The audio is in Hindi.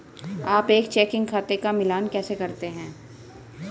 आप एक चेकिंग खाते का मिलान कैसे करते हैं?